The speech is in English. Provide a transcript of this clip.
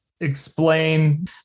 explain